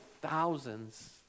thousands